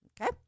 Okay